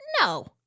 no